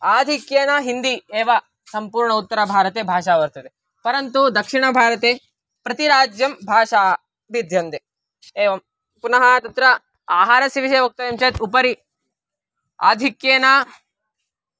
आधिक्येन हिन्दी एव सम्पूर्ण उत्तरभारते भाषा वर्तते परन्तु दक्षिणभारते प्रतिराज्यं भाषाः भिद्यन्ते एवं पुनः तत्र आहारस्य विषये वक्तव्यं चेत् उपरि आधिक्येन